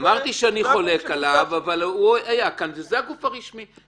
אמרתי שאני חולק עליו אבל זה הגוף הרשמי.